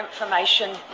information